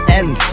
end